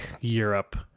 Europe